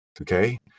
Okay